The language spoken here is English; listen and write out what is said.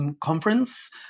conference